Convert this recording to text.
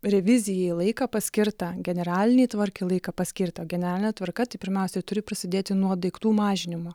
revizijai laiką paskirtą generalinei tvarkai laiką paskirtą o generalinė tvarka tai pirmiausiai turi prasidėti nuo daiktų mažinimo